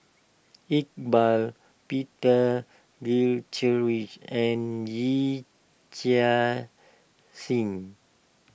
Iqbal Peter Gilchrist and Yee Chia Hsing